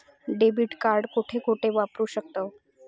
Debit card कुठे कुठे वापरू शकतव?